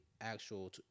actual